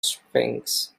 springs